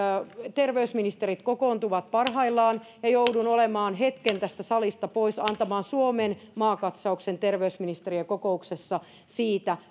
terveysministerit kokoontuvat parhaillaan ja joudun olemaan hetken tästä salista pois antamassa suomen maakatsauksen terveysministeriökokouksessa siitä